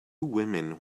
women